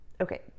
okay